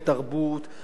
על ספרים,